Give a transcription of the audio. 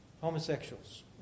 homosexuals